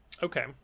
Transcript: Okay